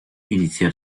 iniciar